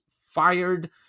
fired